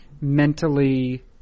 mentally